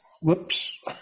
whoops